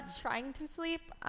trying to sleep.